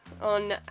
on